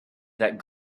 that